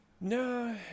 No